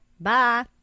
Bye